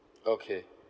okay